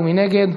מי נגד?